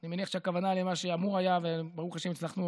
אני מניח שהכוונה למה שאמור היה וברוך השם הצלחנו